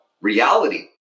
reality